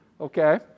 Okay